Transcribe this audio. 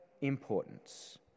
importance